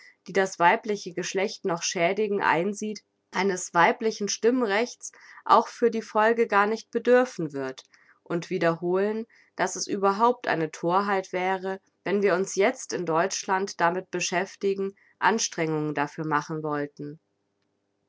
die das weibliche geschlecht noch schädigen einsieht eines weiblichen stimmrechtes auch für die folge gar nicht bedürfen wird und wiederholen daß es überhaupt eine thorheit wäre wenn wir uns jetzt in deutschland damit beschäftigen anstrengungen dafür machen wollten